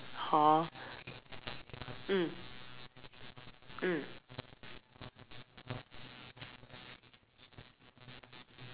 hor mm mm